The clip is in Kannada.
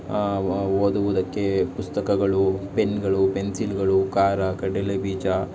ಓ ಓದುವುದಕ್ಕೆ ಪುಸ್ತಕಗಳು ಪೆನ್ಗಳು ಪೆನ್ಸಿಲ್ಗಳು ಖಾರ ಕಡಲೆ ಬೀಜ